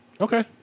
Okay